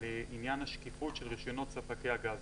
לעניין השקיפות של רישיונות ספקי הגז,